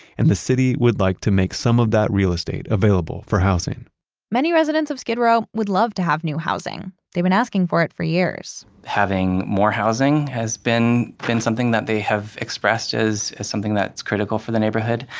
and the city would like to make some of that real estate available for housing many residents of skid row would love to have new housing. they've been asking for it for years having more housing has been been something that they have expressed as as something that's critical for the neighborhood,